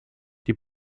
die